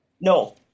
No